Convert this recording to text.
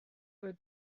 were